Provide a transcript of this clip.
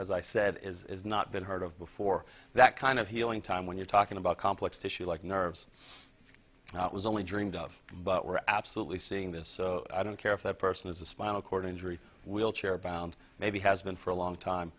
as i said is not been heard of before that kind of healing time when you're talking about complex tissue like nerves not was only dreamed of but we're absolutely seeing this i don't care if that person has a spinal cord injury wheelchair bound may be has been for a long time